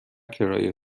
کرایه